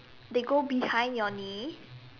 they go behind your knee